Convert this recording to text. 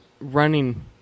running